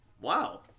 Wow